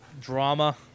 drama